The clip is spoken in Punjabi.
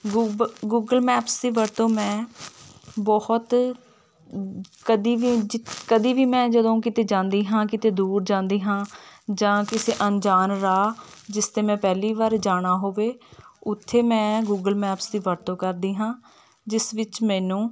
ਗੂਗ ਗੂਗਲ ਮੈਪਸ ਦੀ ਵਰਤੋਂ ਮੈਂ ਬਹੁਤ ਕਦੀ ਵੀ ਕਦੀ ਵੀ ਮੈਂ ਜਦੋਂ ਕਿਤੇ ਜਾਂਦੀ ਹਾਂ ਕਿਤੇ ਦੂਰ ਜਾਂਦੀ ਹਾਂ ਜਾਂ ਕਿਸੇ ਅਣਜਾਣ ਰਾਹ ਜਿਸ 'ਤੇ ਮੈਂ ਪਹਿਲੀ ਵਾਰ ਜਾਣਾ ਹੋਵੇ ਉੱਥੇ ਮੈਂ ਗੂਗਲ ਮੈਪਸ ਦੀ ਵਰਤੋਂ ਕਰਦੀ ਹਾਂ ਜਿਸ ਵਿੱਚ ਮੈਨੂੰ